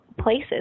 places